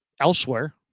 Elsewhere